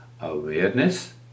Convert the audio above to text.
awareness